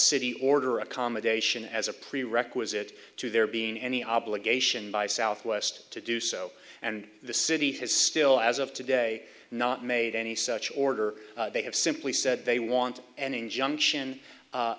city order accommodation as a prerequisite to there being any obligation by southwest to do so and the city has still as of today not made any such order they have simply said they want an injunction